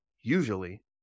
usually